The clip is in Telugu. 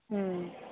ఆ